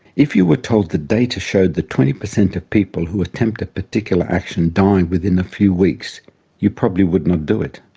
if you were told that data showed that twenty percent of people who attempt a particular action die within a few weeks you probably would not do it.